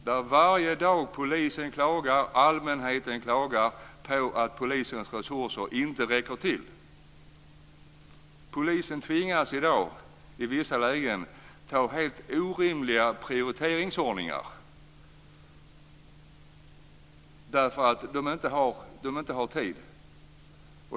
Där klagar polisen och allmänheten varje dag på att polisens resurser inte räcker till. Polisen tvingas i dag i vissa lägen att ha en helt orimlig prioriteringsordning därför att de inte har tid.